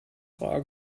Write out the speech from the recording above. rar